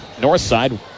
Northside